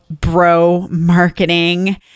bro-marketing